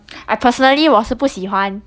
I personally 我是不喜欢